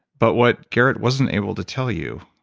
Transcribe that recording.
but what garrett wasn't able to tell you,